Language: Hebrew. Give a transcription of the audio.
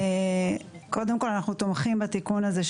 קודם כל אנחנו תומכים בתיקון הזה,